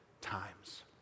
times